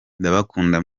ndabakunda